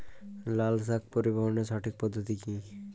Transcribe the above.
লালশাক পরিবহনের সঠিক পদ্ধতি কি?